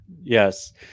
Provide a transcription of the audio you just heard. Yes